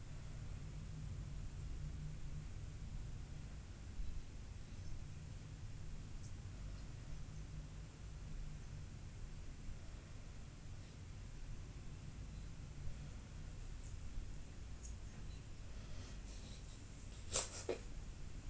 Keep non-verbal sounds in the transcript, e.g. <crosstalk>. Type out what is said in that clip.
<noise>